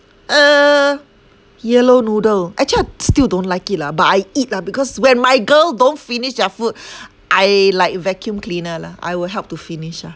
uh yellow noodle actually I still don't like it lah but I eat lah because when my girl don't finish their food I like vacuum cleaner lah I will help to finish ah